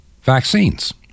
vaccines